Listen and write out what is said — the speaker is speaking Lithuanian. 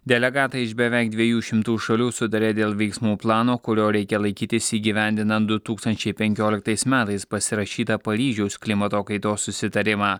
delegatai iš beveik dviejų šimtų šalių sutarė dėl veiksmų plano kurio reikia laikytis įgyvendinant du tūkstančiai penkioliktais metais pasirašytą paryžiaus klimato kaitos susitarimą